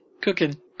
cooking